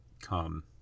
come